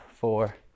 four